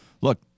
Look